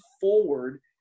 forward